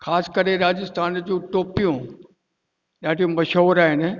ख़ासि करे राजस्थान जूं टोपियूं ॾाढी मशहूरु आहिनि